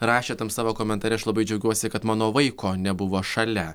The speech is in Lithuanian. rašė tam savo komentare aš labai džiaugiuosi kad mano vaiko nebuvo šalia